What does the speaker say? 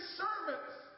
servants